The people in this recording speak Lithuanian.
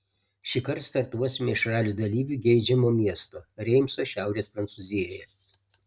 šįkart startuosime iš ralio dalyvių geidžiamo miesto reimso šiaurės prancūzijoje